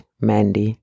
mandy